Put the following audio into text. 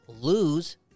lose –